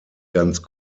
ganz